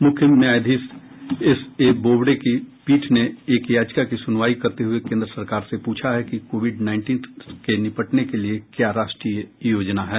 मुख्य न्यायधीश S A Bobde की पीठ ने एक याचिका की सुनवाई करते हुये कोन्द्र सरकार से पूछा है कि कोविड नाईनटीन के निपटने के लिए क्या राष्ट्रीय योजना है